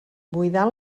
buidar